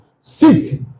Seek